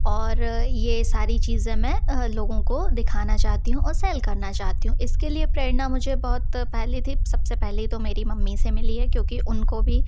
और ये सारी चीज़ें मैं लोगों को दिखाना चाहती हूँ और सेल करना चाहती हूँ इसके लिए प्रेरणा मुझे बहुत पहले थी सब से पहले तो मेरी मम्मी से मिली है क्योंकि उनको भी